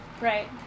Right